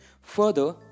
Further